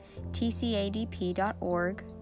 tcadp.org